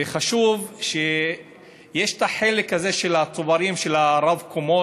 וחשוב שיש את החלק הזה של הצוברים של הרב-קומות,